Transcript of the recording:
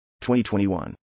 2021